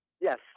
Yes